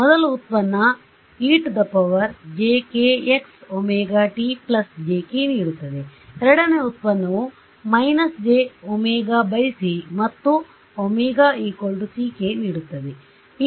ಮೊದಲ ಉತ್ಪನ್ನ jkx−ωt plus jk ನೀಡುತ್ತದೆ ಎರಡನೇ ಉತ್ಪನ್ನವು − jωc ಮತ್ತು ω ck ನೀಡುತ್ತದೆ